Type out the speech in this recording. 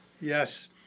Yes